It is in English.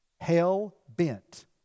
hell-bent